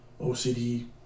OCD